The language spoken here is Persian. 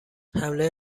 حمله